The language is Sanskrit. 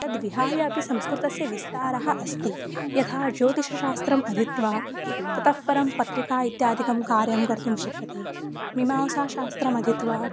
तद्विहाय अपि संस्कृतस्य विस्तारः अस्ति यथा ज्योतिष्यशास्त्रम् अधीत्य ततः परं पत्रिका इत्यादिकं कार्यं कर्तुं शक्यते मीमांसाशास्त्रमधीत्य